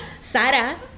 Sara